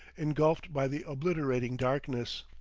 engulfed by the obliterating darkness.